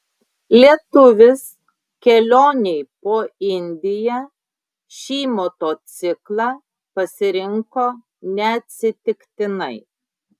lietuvis kelionei po indiją šį motociklą pasirinko neatsitiktinai